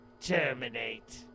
terminate